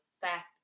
fact